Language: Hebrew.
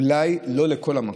אולי לא לכל מקום.